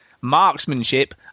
marksmanship